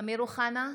אמיר אוחנה,